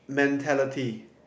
mentality